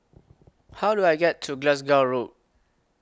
How Do I get to Glasgow Road